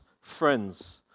friends